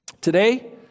Today